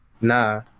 nah